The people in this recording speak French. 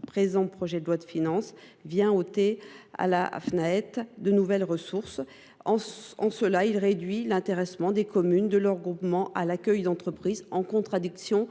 du présent projet de loi de finances vient ôter au Fnaet de nouvelles ressources. En cela, il réduit l’intéressement des communes et de leurs groupements à l’accueil d’entreprises, en totale contradiction